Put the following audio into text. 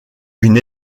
une